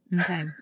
Okay